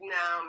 no